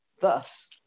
thus